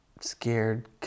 scared